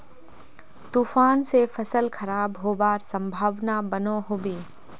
तूफान से फसल खराब होबार संभावना बनो होबे?